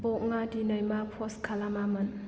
बंआ दिनै मा पस्ट खालामामोन